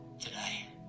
today